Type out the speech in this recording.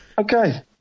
okay